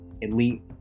elite